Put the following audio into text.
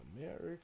America